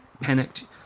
panicked